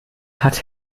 hat